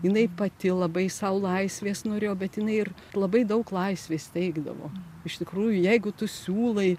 jinai pati labai sau laisvės norėjo bet jinai ir labai daug laisvės teikdavo iš tikrųjų jeigu tu siūlai